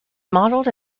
modelled